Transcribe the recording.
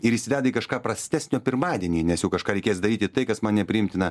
ir įsileidai kažką prastesnio pirmadienį nes jau kažką reikės daryti tai kas man nepriimtina